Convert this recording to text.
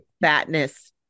fatness